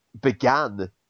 began